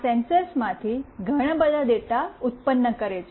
તે આ સેન્સર્સમાંથી ઘણા બધા ડેટા ઉત્પન્ન કરે છે